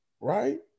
right